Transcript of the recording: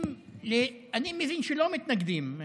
אני מבין שלא מתנגדים.